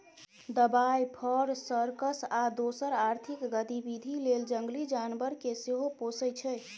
दबाइ, फर, सर्कस आ दोसर आर्थिक गतिबिधि लेल जंगली जानबर केँ सेहो पोसय छै